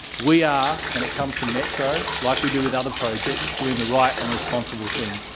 we are, when it comes to metro, like we do with other projects, doing the right and responsible thing.